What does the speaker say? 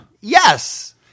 Yes